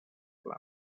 plana